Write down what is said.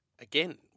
Again